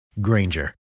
Granger